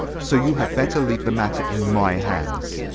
so you had better leave the matter in my hands.